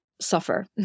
suffer